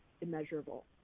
immeasurable